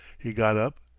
he got up,